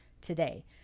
today